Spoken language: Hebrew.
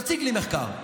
תציג לי מחקר.